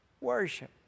Worship